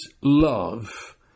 love